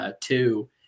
Two